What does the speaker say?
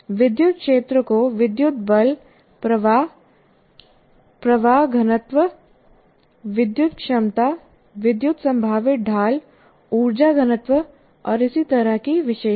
विद्युत क्षेत्र को विद्युत बल प्रवाह प्रवाह घनत्व विद्युत क्षमता विद्युत संभावित ढाल ऊर्जा घनत्व और इसी तरह की विशेषता है